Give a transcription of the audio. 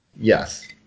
yes